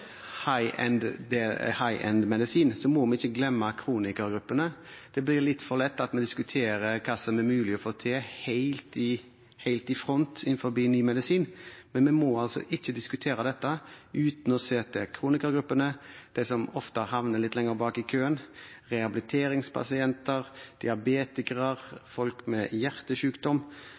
må vi ikke glemme kronikergruppene. Det blir litt lett for at vi diskuterer hva som er mulig å få til helt i front innenfor ny medisin, men vi må ikke diskutere dette uten å se til kronikergruppene, de som ofte havner litt lenger bak i køen, rehabiliteringspasienter, diabetikere, folk med